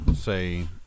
say